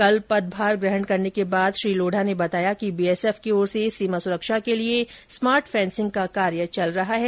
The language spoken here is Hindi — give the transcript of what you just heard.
कल पदभार ग्रहण करने के बाद श्री लोढ़ा ने बताया कि बीएसएफ की ओर से सीमा सुरक्षा के लिए स्मार्ट फेंसिंग का कार्य चल रहा है